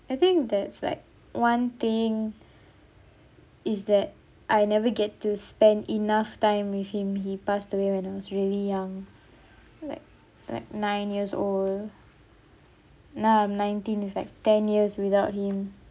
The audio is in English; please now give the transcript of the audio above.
I think that's like one thing is that I never get to spend enough time with him he passed away when I was really young like like nine years old now I'm nineteen is like ten years without him